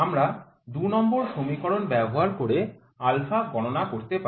আমরা ২ নং সমীকরণ ব্যবহার করে α গণনা করতে পারি